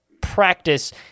practice